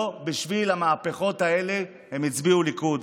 בשביל המהפכות האלה הם הצביעו ליכוד.